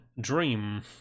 dream